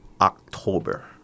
October